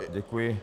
Děkuji.